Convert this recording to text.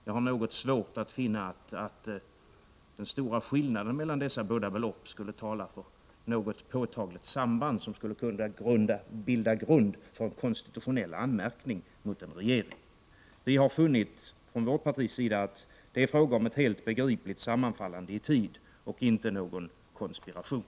Jag har något svårt att finna att den stora skillnaden mellan dessa båda belopp skulle tala för något påtagligt samband som skulle kunna bilda grund för konstitutionella anmärkningar mot en regering. Vi har från vårt partis sida funnit att det är fråga om ett helt begripligt sammanfallande i tid och inte någon konspiration.